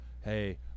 Hey